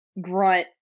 grunt